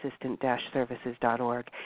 assistant-services.org